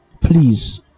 please